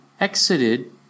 exited